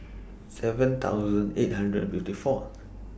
seven thousand eight hundred and fifty Fourth